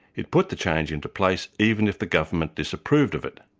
it put the change into place, even if the government disapproved of it.